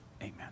amen